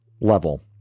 level